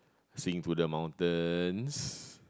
sing to the mountains